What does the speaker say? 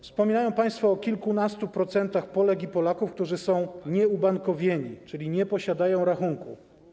Wspominają państwo o kilkunastu procentach Polek i Polaków, którzy są nieubankowieni, czyli nie posiadają rachunku.